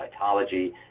cytology